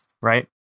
right